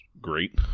great